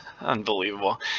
unbelievable